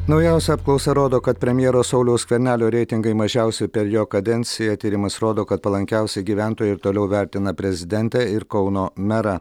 naujausia apklausa rodo kad premjero sauliaus skvernelio reitingai mažiausi per jo kadenciją tyrimas rodo kad palankiausiai gyventojai ir toliau vertina prezidentę ir kauno merą